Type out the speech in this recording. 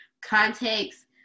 context